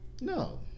No